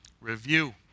review